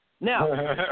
Now